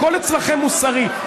הכול אצלכם מוסרי.